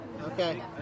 Okay